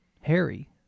Harry